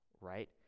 right